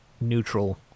neutral